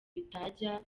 bitajya